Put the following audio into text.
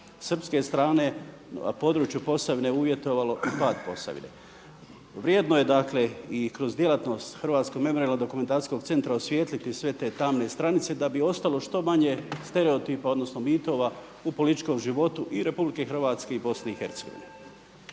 srpske strane na području Posavine uvjetovalo i pad Posavine. vrijedno je dakle i kroz djelatnost Hrvatskog memorijalnog-dokumentacijskog centra osvijetliti sve tamne stranice da bi ostalo što manje stereotipa odnosno mitova u političkom životu i RH i BIH. **Reiner,